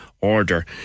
order